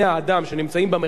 ששמו המזרח התיכון,